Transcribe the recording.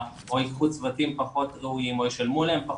או ייקחו צוותים פחות ראויים או ישלמו להם פחות,